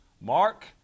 mark